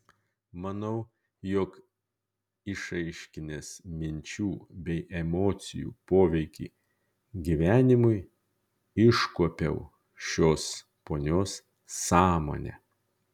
manau jog išaiškinęs minčių bei emocijų poveikį gyvenimui iškuopiau šios ponios sąmonę